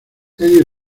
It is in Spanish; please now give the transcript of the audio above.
eddie